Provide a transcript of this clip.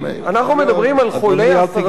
אנחנו מדברים על חולי הסרטן,